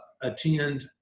attend